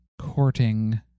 courting